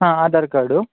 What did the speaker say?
ಹಾಂ ಆಧಾರ್ ಕಾರ್ಡು